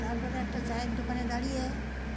তারপরে একটা চায়ের দোকানে দাঁড়িয়ে